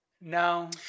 no